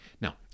Now